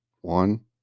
One